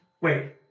Wait